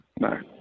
No